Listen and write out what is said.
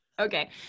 Okay